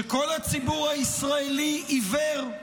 שכל הציבור הישראלי עיוור?